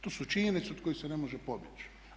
To su činjenice od kojih se ne može pobjeći.